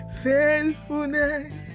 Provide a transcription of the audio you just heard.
faithfulness